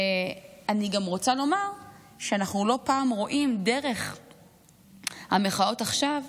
ואני גם רוצה לומר שאנחנו לא פעם רואים דרך המחאות עכשיו,